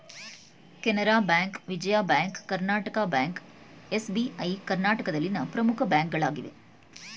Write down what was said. Canara bank, Vijaya bank, Karnataka bank, SBI ಕರ್ನಾಟಕದಲ್ಲಿನ ಪ್ರಮುಖ ಬ್ಯಾಂಕ್ಗಳಾಗಿವೆ